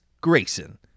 Grayson